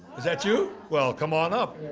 that you? well, come on up.